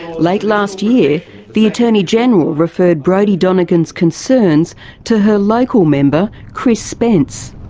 late last year the attorney general referred brodie donegan's concerns to her local member chris spence.